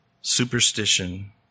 Superstition